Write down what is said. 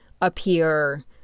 appear